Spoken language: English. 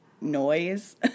noise